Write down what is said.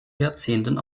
jahrzehnten